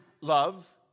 love